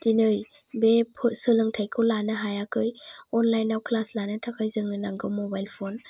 दिनै बे सोलोंथायखौ लानो हायाखै अनलाइन आव क्लास लानो थाखाय जोंनो नांगौ मबाइल फन नाथाय